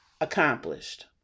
accomplished